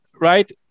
right